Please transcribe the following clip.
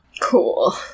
Cool